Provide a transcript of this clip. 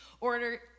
order